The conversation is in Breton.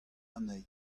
anezhi